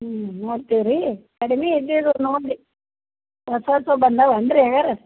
ಹ್ಞೂ ನೋಡ್ತೀವಿ ರೀ ಕಡ್ಮೆ ಇದ್ದಿದ್ದು ನೋಡಿರಿ ಹೊಸ ಹೊಸವ್ ಬಂದವೇನ್ ರೀ ಹಂಗಾರೆ